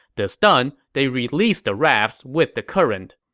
this done, they released the rafts with the current.